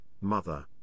mother